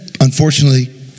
unfortunately